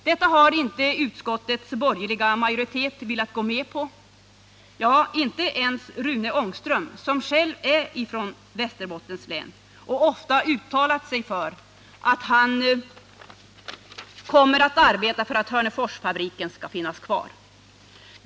Detta har utskottets borgerliga majoritet inte velat gå med på - ja, inte ens Rune Ångström, som själv är ifrån länet och ofta har uttalat att han kommer att arbeta för att Hörneforsfabriken skall finnas kvar.